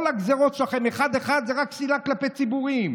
כל הגזרות שלכם אחת-אחד זה רק שנאה כלפי ציבורים.